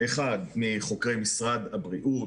אחד מחוקרי משרד הבריאות,